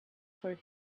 for